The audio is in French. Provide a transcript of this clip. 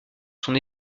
son